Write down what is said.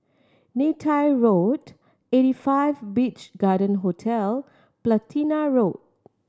Neythai Road Eighty Five Beach Garden Hotel Platina Road